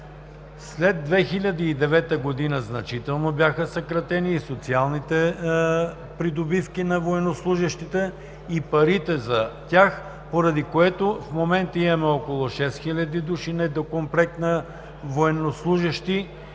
След 2009 г. бяха значително съкратени и социалните придобивки на военнослужещите и парите за тях, поради което в момента имаме около 6000 души недокомплект на военнослужещи